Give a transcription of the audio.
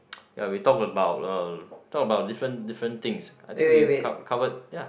ya we talk about uh talk about different different things I think we cov~ covered ya